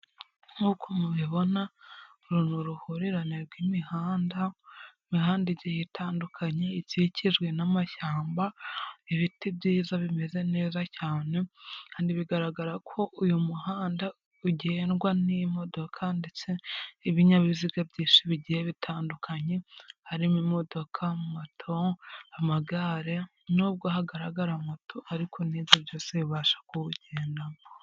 Nk'uko mubibona uru ni uruhurirane rw'imihanda, imihanda igiye itandukanye ikikijwe n'amashyamba, ibiti byiza bimeze neza cyane, kandi bigaragara ko uyu muhanda ugendwa n'imodoka ndetse n'ibinyabiziga byinshi bigiye bitandukanye, harimo imodoka, moto amagare, n'ubwo hagaragara moto ariko n'ibyo yose bibasha kuwugendamo.